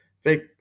fake